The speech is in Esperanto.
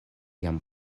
jam